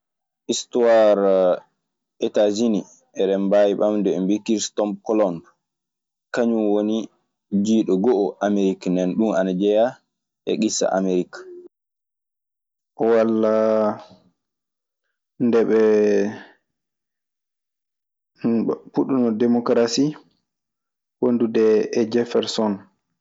histuwaar etasini hen dem bawi ɓamude, ɓe bi siristof kolombe kaŋum wini jiɗo go'o amerike ndenon dum ana jeya e isa amerike. Wallaa ndeɓee puɗɗunoo demokarasii wondude e Jefferson.